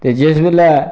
ते जिस बैल्ले